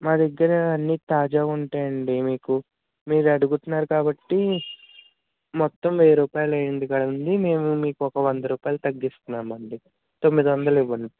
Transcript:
మా దగ్గర అన్ని తాజావి ఉంటాయండి మీకు మీరు అడుగుతున్నారు కాబట్టి మొత్తం వెయ్యి రూపాయలు అయింది కదండీ మేము మీకు ఒక వంద రూపాయలు తగ్గిస్తున్నామండి తొమ్మిది వందలు ఇవ్వండి